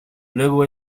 luego